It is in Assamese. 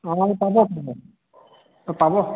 অঁ পাব পাব